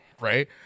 right